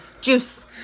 Juice